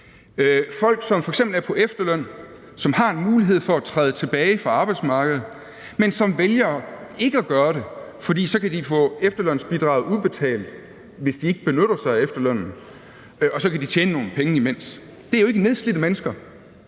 folk, som f.eks. er på efterløn, og som har en mulighed for at træde tilbage fra arbejdsmarkedet, men som vælger ikke at gøre det, fordi de så kan få efterlønsbidraget udbetalt, hvis de ikke benytter sig af efterlønnen, og så kan de tjene nogle penge imens. Det er jo ikke nedslidte mennesker.